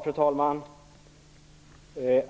Fru talman!